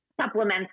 supplements